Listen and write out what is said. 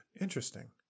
Interesting